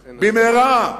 במהרה.